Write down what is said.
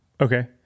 okay